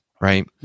right